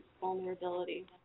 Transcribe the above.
vulnerability